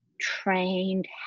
trained